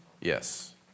yes